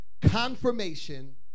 confirmation